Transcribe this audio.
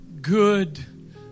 good